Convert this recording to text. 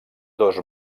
dos